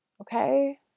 Okay